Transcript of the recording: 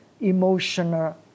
emotional